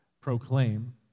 proclaim